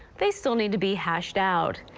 they still need to be hashed out.